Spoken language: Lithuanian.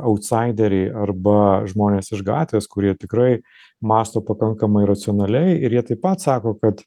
autsaideriai arba žmonės iš gatvės kurie tikrai mąsto pakankamai racionaliai ir jie taip pat sako kad